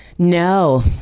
no